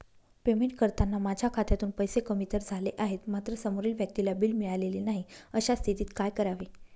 Payment करताना माझ्या खात्यातून पैसे कमी तर झाले आहेत मात्र समोरील व्यक्तीला बिल मिळालेले नाही, अशा स्थितीत काय करावे?